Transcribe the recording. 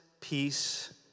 peace